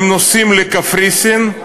הם נוסעים לקפריסין,